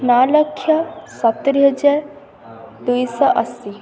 ନଅ ଲକ୍ଷ ସତର ହଜାର ଦୁଇଶହ ଅଶୀ